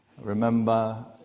Remember